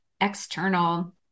external